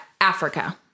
Africa